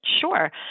Sure